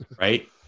Right